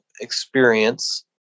experience